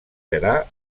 serà